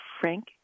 Frank